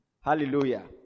Hallelujah